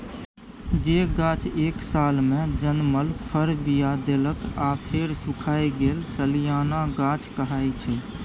जे गाछ एक सालमे जनमल फर, बीया देलक आ फेर सुखाए गेल सलियाना गाछ कहाइ छै